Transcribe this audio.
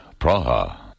Praha